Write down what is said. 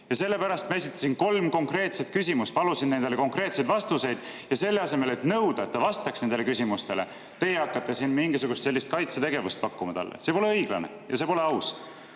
Ja sellepärast ma esitasin kolm konkreetset küsimust, palusin nendele konkreetseid vastuseid, aga selle asemel, et nõuda, et ta vastaks nendele küsimustele, teie hakkasite siin mingisugust sellist kaitsetegevust pakkuma talle. See pole õiglane ja see pole aus.